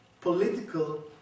political